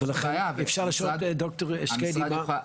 ולכן אפשר לשאול את ד"ר שקדי מה --- אין שום בעיה.